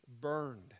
burned